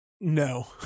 No